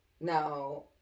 now